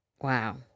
Wow